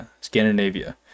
Scandinavia